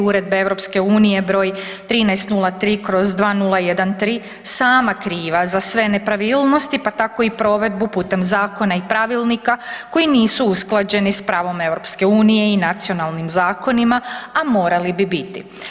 Uredbe EU br. 1303/2013 sama kriva za sve nepravilnosti, pa tako i provedbu putem zakona i pravilnika koji nisu usklađeni s pravom EU i nacionalnim zakonima, a morali bi biti.